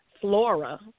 flora